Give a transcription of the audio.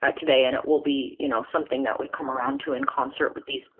ah today, and it will be you know something that we come around to in concert with these,